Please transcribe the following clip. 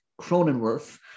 Cronenworth